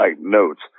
notes